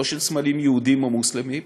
לא של סמלים יהודיים או מוסלמיים,